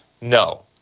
No